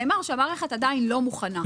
נאמר שהמערכת עדיין לא מוכנה.